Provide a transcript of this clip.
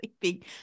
sleeping